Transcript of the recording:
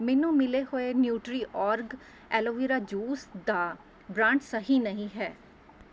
ਮੈਨੂੰ ਮਿਲੇ ਹੋਏ ਨਿਊਟਰੀਓਰਗ ਐਲੋ ਵੇਰਾ ਜੂਸ ਦਾ ਬ੍ਰਾਂਡ ਸਹੀ ਨਹੀਂ ਹੈ